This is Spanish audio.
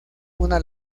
una